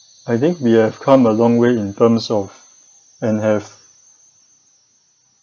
I think we have come a long way in terms of and have